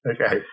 okay